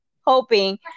Hoping